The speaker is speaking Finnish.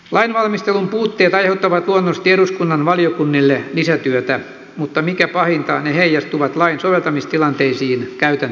lainvalmistelun puutteet aiheuttavat luonnollisesti eduskunnan valiokunnille lisätyötä mutta mikä pahinta ne heijastuvat lain soveltamistilanteisiin käytännössä